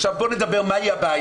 עכשיו בוא נדבר מה הבעיה,